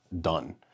done